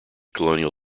colonial